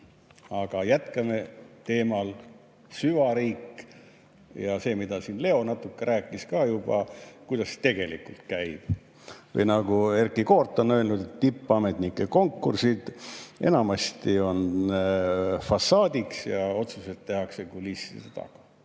Aga jätkame teemal "Süvariik" ja sellega, mida siin Leo natuke rääkis juba, kuidas kõik tegelikult käib. Nagu Erkki Koort on öelnud: tippametnike konkursid enamasti on fassaadiks ja otsused tehakse kulisside taga.